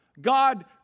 God